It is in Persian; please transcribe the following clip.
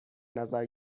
نظر